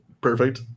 perfect